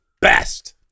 best